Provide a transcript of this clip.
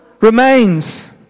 remains